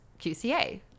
QCA